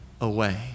away